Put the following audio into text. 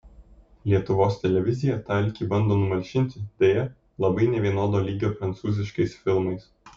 lietuvos televizija tą alkį bando numalšinti deja labai nevienodo lygio prancūziškais filmais